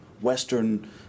Western